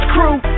Crew